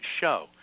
show